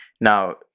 now